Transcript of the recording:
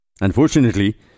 Unfortunately